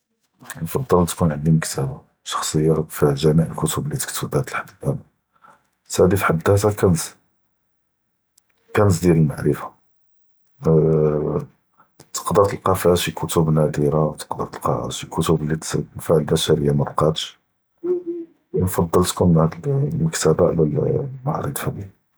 כַּנְפַדֶּל תְּכּוּן עַנְדִי מַכְּתַבָּה שַׁחְצִיָּה פִּיהָא גְ'מִיע אֶלְכְּתוּב לִי תְּכְּתְבַּאת לְחַד דַּא־אַלְאָן، חַתָּא הָאדִי בְּחַד דַאתְהָא כַּנְז، כַּנְז דִּיָאל אֶלְמַעְרִפָה، תְּקְדֶר תְּלְקָא פִּיהָא שִׁי כְּתוּב נָאדְרָה، תְּקְדֶר תְּלְקָא שִׁי כְּתוּב לִי תְּצִיב פִּיהָא קַאשָׁארִיָּה מַעְקַאתְש، נְפַדֶּל תְּכּוּן אֶלְמַכְּתַבָּה עַלָּא אַלְ–